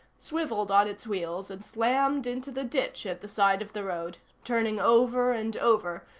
swiveled on its wheels and slammed into the ditch at the side of the road, turning over and over,